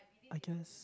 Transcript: I guess